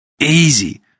Easy